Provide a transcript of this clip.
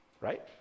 right